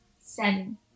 Seven